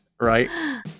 right